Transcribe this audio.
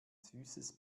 süßes